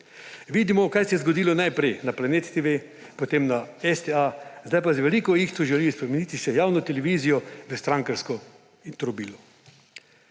Vidimo, kaj se je zgodilo najprej na Planet TV, potem na STA, zdaj pa z veliko ihto želi spremeniti še javno televizijo v strankarsko trobilo.